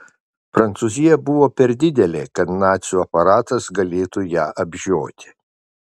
prancūzija buvo per didelė kad nacių aparatas galėtų ją apžioti